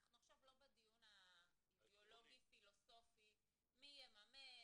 אנחנו עכשיו לא בדיון האידיאולוגי פילוסופי מי יממן,